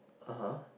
ah [huh]